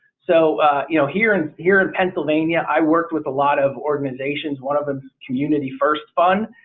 so you know here and here in pennsylvania i worked with a lot of organizations one of the community first funds.